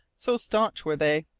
so staunch were they.